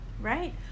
Right